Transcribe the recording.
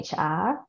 HR